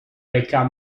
become